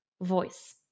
voice